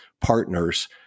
partners